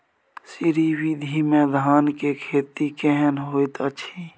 श्री विधी में धान के खेती केहन होयत अछि?